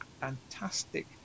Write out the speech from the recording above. fantastic